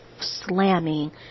slamming